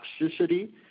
toxicity